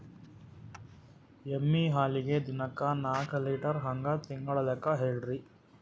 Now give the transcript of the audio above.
ಎಮ್ಮಿ ಹಾಲಿಗಿ ದಿನಕ್ಕ ನಾಕ ಲೀಟರ್ ಹಂಗ ತಿಂಗಳ ಲೆಕ್ಕ ಹೇಳ್ರಿ?